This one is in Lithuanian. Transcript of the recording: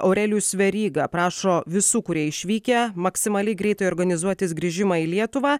aurelijus veryga prašo visų kurie išvykę maksimaliai greitai organizuotis grįžimą į lietuvą